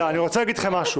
אני רוצה להגיד לכם משהו.